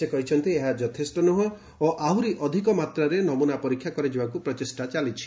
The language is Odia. ସେ କହିଛନ୍ତି ଏହା ଯଥେଷ୍ଟ ନୁହେଁ ଓ ଆହୁରି ଅଧିକ ମାତ୍ରାରେ ନମୁନା ପରୀକ୍ଷା କରାଯିବାକୁ ପ୍ରଚେଷ୍ଟା ଚାଲିଛି